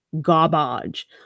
garbage